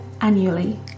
annually